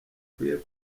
akwiye